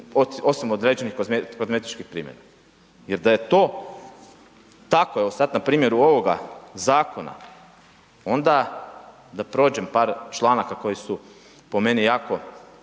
osim određenih kozmetičkih primjena. Jer da je to tako, evo sad na primjeru ovoga zakona onda da prođem par članaka koji su po meni jako